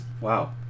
Wow